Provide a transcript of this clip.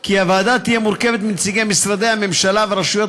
כי הוועדה תהיה מורכבת מנציגי משרדי הממשלה ורשויות